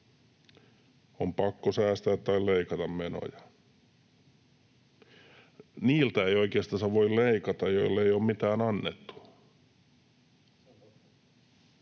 On pakko säästää tai leikata menoja. Niiltä ei oikeastansa voi leikata, joille ei ole mitään annettu.